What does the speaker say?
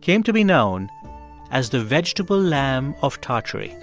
came to be known as the vegetable lamb of tartary